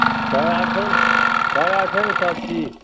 ताजा छै ने ताजा छै ने सभचीज